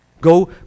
go